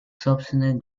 собственных